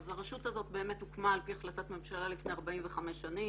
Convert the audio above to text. אז הרשות הזאת באמת הוקמה על פי החלטת ממשלה לפני 45 שנים.